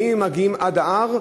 האם הם מגיעים עד ההר,